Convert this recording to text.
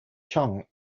chong